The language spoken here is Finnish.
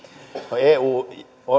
no myöskin eu